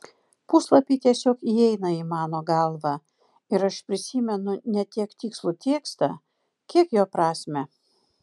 puslapiai tiesiog įeina į mano galvą ir aš prisimenu ne tiek tikslų tekstą kiek jo prasmę